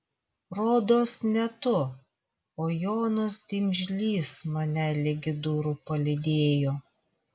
rodos ne tu o jonas dimžlys mane ligi durų palydėjo